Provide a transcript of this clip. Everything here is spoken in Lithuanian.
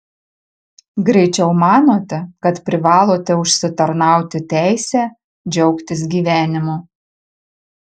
greičiau manote kad privalote užsitarnauti teisę džiaugtis gyvenimu